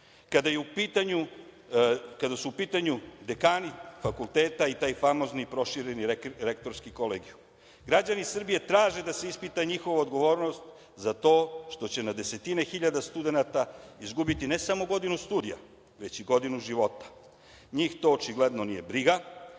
kada su u pitanju dekani fakulteta i taj famozni prošireni lektorski kolegijum. Građani Srbije traže da se ispita njihova odgovornost za to što će na desetine hiljada studenata izgubiti ne samo godinu studija, već i godinu života. Njih to očigledno nije briga.